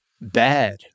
bad